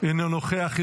אינו נוכח.